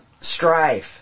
strife